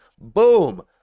boom